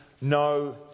no